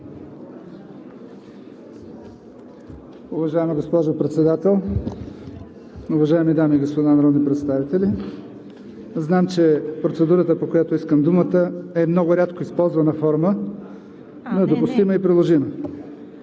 Уважаема госпожо Председател, уважаеми дами и господа народни представители! Знам, че процедурата, по която искам думата, е много рядко използвана форма… ПРЕДСЕДАТЕЛ ЦВЕТА